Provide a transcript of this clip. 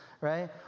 right